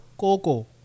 Coco